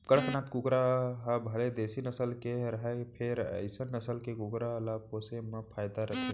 कड़कनाथ कुकरा ह भले देसी नसल के हरय फेर अइसन नसल के कुकरा ल पोसे म फायदा रथे